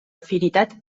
afinitat